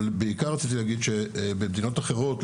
אבל בעיקר רציתי להגיד שבמדינות אחרות,